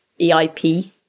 EIP